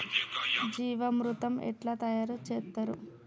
జీవామృతం ఎట్లా తయారు చేత్తరు?